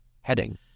Heading